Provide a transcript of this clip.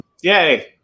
Yay